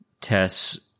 Tess